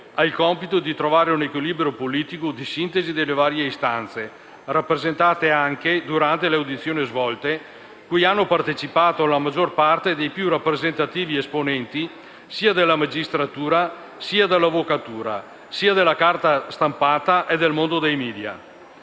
ha il compito di trovare un equilibrio politico di sintesi delle varie istanze, rappresentate anche durante le audizioni svolte, cui ha partecipato la maggior parte dei più rappresentativi esponenti della magistratura, dell'avvocatura, della carta stampata e del mondo dei media.